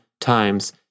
times